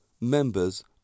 members